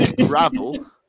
gravel